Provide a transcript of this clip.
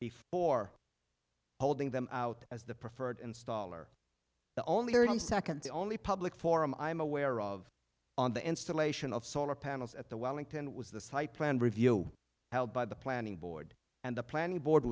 before holding them out as the preferred installer the only one second only public forum i'm aware of on the installation of solar panels at the wellington was the site plan review held by the planning board and the planning board